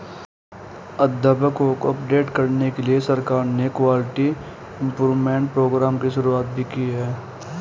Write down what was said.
अध्यापकों को अपडेट करने के लिए सरकार ने क्वालिटी इम्प्रूव्मन्ट प्रोग्राम की शुरुआत भी की है